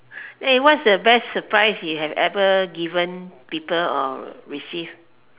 what the best surprise that you ever given people or received